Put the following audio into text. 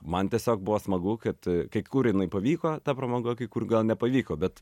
man tiesiog buvo smagu kad kai kur jinai pavyko ta pramoga kai kur gal nepavyko bet